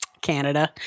Canada